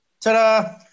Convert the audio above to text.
Ta-da